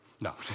no